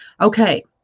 Okay